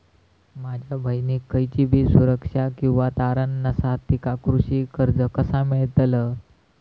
माझ्या बहिणीक खयचीबी सुरक्षा किंवा तारण नसा तिका कृषी कर्ज कसा मेळतल?